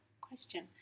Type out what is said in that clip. question